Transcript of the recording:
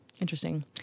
Interesting